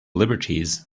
liberties